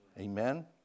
Amen